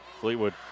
Fleetwood